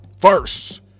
first